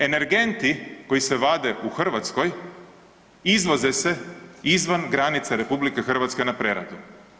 Energenti koji se vade u Hrvatskoj izvoze se izvan granice RH na preradu.